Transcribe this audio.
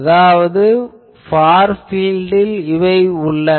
அதாவது ஃபார் பீல்டில் இவையே உள்ளன